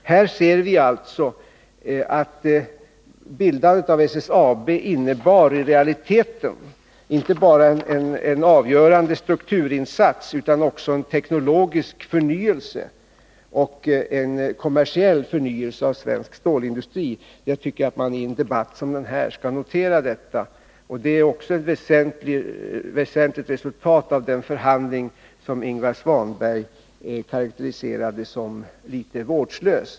Vi kan alltså konstatera att bildandet av SSAB i realiteten innebar inte bara en avgörande strukturinsats utan också en teknologisk och kommersiell förnyelse av svensk stålindustri. Jag tycker att man i en debatt som denna skall notera detta. Det är också ett resultat av den förhandling som Ingvar Svanberg karakteriserade som litet vårdslös.